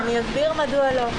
אני אסביר מדוע לא.